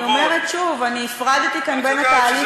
אני אומרת שוב: אני הפרדתי כאן בין התהליך